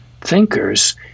thinkers